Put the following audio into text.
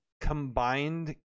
combined